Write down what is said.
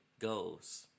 goes